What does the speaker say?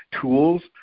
tools